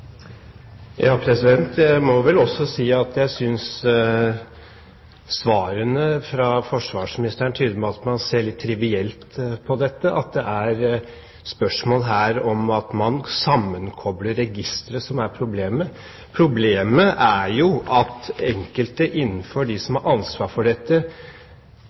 Jeg må vel også si at jeg synes svarene fra forsvarsministeren tyder på at man ser litt trivielt på dette, at det er spørsmålet om at man sammenkobler registre, som er problemet. Problemet er jo at enkelte innenfor dem som har ansvar for dette,